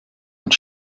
und